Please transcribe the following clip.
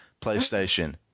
PlayStation